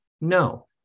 No